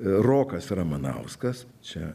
rokas ramanauskas čia